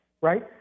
right